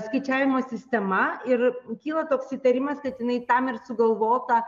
skaičiavimo sistema ir kyla toks įtarimas kad jinai tam ir sugalvota